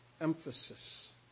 emphasis